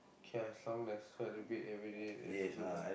okay I have some less so repeat everyday it's good ah